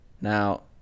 now